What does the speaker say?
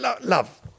Love